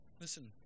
listen